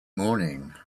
morning